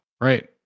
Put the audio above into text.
right